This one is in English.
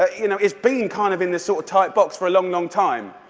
ah you know, it's been kind of in this sort of tight box for a long, long time,